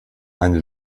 eine